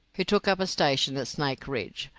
who took up a station at snake ridge,